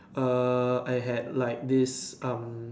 err I had like this um